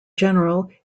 general